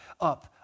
up